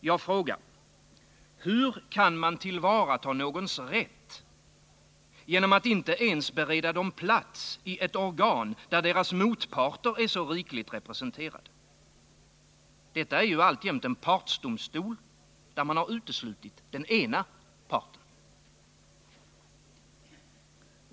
Jag frågar: Hur kan man tillvarata patienternas rätt genom att inte ens bereda dem platsi ett organ, där deras motparter är så rikligt representerade? Detta är ju alltjämt en partsdomstol, där man uteslutit den ena parten.